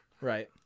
Right